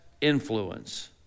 influence